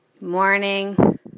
Morning